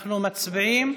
אנחנו מצביעים.